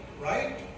Right